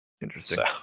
interesting